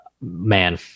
man